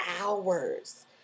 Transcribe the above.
hours